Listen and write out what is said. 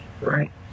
right